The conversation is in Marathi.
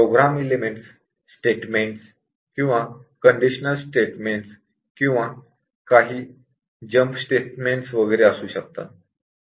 प्रोग्राम एलिमेंटस स्टेटमेन्ट्स किंवा कंडिशनल स्टेटमेन्ट्स किंवा काही जंप स्टेटमेन्ट्स वगैरे असू शकतात